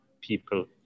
people